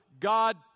God